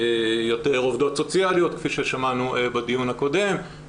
יותר עובדות סוציאליות כפי ששמענו בדיון הקודם,